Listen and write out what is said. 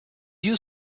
you